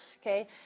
okay